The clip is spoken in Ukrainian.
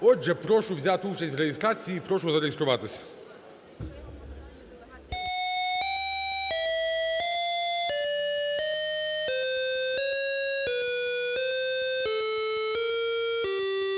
Отже, прошу взяти участь в реєстрації і прошу зареєструватися.